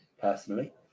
personally